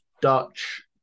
Dutch